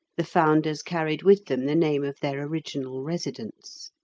the founders carried with them the name of their original residence.